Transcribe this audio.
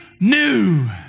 new